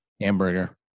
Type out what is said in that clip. Hamburger